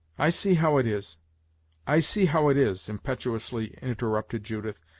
i see how it is i see how it is, impetuously interrupted judith.